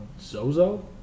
Zozo